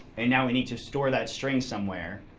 and now we need to store that string somewhere.